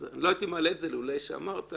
אז לא הייתי מעלה את זה לולא אמרת,